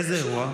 איזה אירוע?